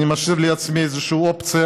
ואני משאיר לעצמי איזושהי אופציה,